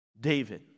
David